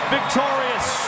Victorious